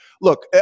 Look